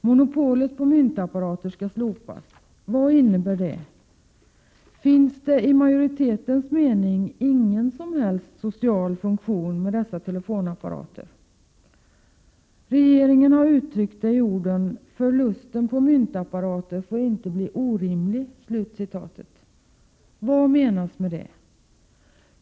Monopolet på myntapparater skall slopas. Vad innebär det? Finns det enligt majoritetens mening ingen som helst social funktion med dessa telefonapparater? Regeringen har uttryckt det i orden ”förlusten på myntapparater får inte bli orimlig”. Vad menas med det?